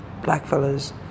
blackfellas